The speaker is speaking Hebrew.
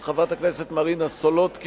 של חברת הכנסת מרינה סולודקין,